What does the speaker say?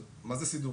מה זה סידורים?